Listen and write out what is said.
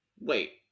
Wait